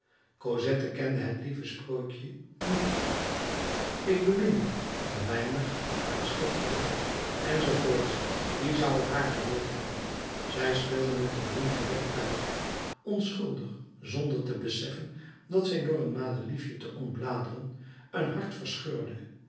cosette kende het lieve spreukje niet ik bemin u een weinig hartstochtelijk enz wie zou t haar geleerd hebben zij speelde met het bloempje werktuiglijk onschuldig zonder te beseffen dat zij door een madeliefje te ontbladeren een hart verscheurde